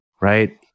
right